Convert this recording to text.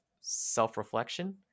self-reflection